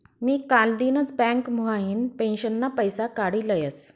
मी कालदिनच बँक म्हाइन पेंशनना पैसा काडी लयस